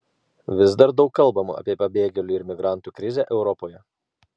vis dar daug kalbama apie pabėgėlių ir migrantų krizę europoje